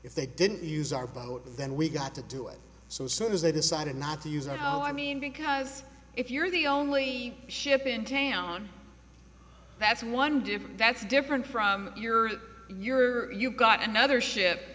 if they didn't use our boat then we got to do it so soon as they decided not to use it how i mean because if you're the only ship in town that's one different that's different from your you've got another ship